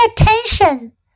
attention